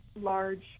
large